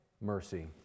mercy